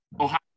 Ohio